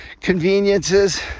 conveniences